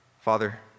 Father